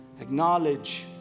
acknowledge